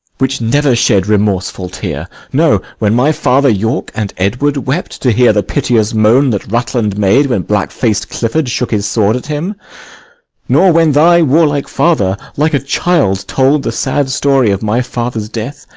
which never shed remorseful tear, no, when my father york and edward wept, to hear the piteous moan that rutland made when black-fac'd clifford shook his sword at him nor when thy warlike father, like a child, told the sad story of my father's death,